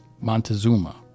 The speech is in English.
Montezuma